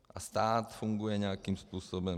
A stát funguje nějakým způsobem.